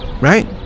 right